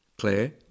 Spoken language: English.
Claire